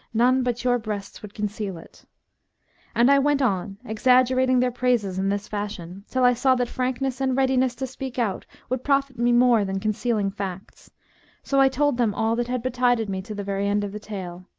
none but your breasts would conceal it and i went on exaggerating their praises in this fashion, till i saw that frankness and readiness to speak out would profit me more than concealing facts so i told them all that had betided me to the very end of the tale.